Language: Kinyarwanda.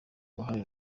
uruhare